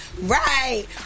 Right